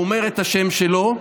הוא אומר את השם שלו,